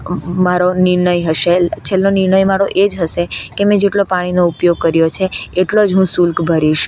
મારો નીરનય હશે છેલ્લો નીરનય મારો એજ હશે કે મેં જેટલો પાણીનો ઉપયોગ કર્યો છે એટલો જ હું શુલ્ક ભરીશ